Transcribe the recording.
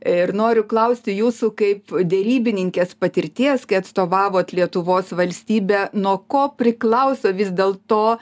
ir noriu klausti jūsų kaip derybininkės patirties kai atstovavot lietuvos valstybę nuo ko priklauso vis dėlto